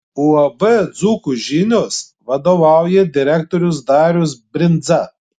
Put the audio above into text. uab dzūkų žinios vadovauja direktorius darius brindza